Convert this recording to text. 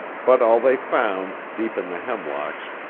but all they found, deep in the hemlocks,